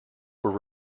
were